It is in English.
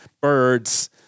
birds